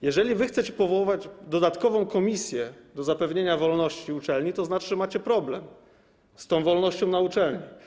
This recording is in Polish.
Jeżeli chcecie powoływać dodatkową komisję do zapewnienia wolności uczelni, to znaczy, że macie problem z tą wolnością na uczelni.